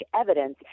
evidence